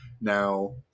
Now